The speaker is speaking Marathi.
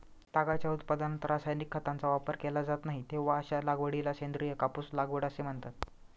तागाच्या उत्पादनात रासायनिक खतांचा वापर केला जात नाही, तेव्हा अशा लागवडीला सेंद्रिय कापूस लागवड असे म्हणतात